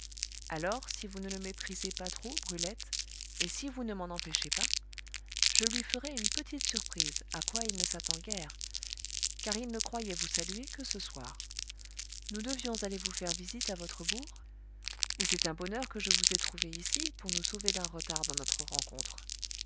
alors si vous ne le méprisez pas trop brulette et si vous ne m'en empêchez pas je lui ferai une petite surprise à quoi il ne s'attend guère car il ne croyait vous saluer que ce soir nous devions aller vous faire visite à votre bourg et c'est un bonheur que je vous aie trouvée ici pour nous sauver d'un retard dans notre rencontre